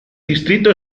distrito